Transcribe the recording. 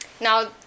Now